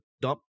dump